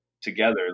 together